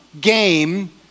game